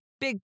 Big